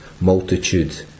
multitude